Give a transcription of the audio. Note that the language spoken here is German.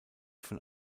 von